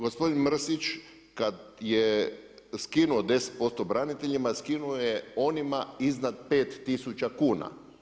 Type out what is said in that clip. Gospodin Mrsić kad je skinuo 10% braniteljima, skinuo je onima iznad 5000 kuna.